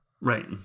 Right